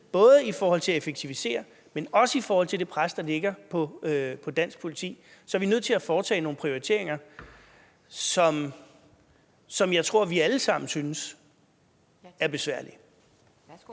både i forhold til at effektivisere, men også i forhold til det pres, der ligger på dansk politi, nødt til at foretage nogle prioriteringer, som jeg tror vi alle sammen synes er besværlige.